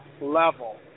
level